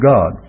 God